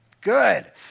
Good